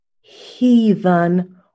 heathen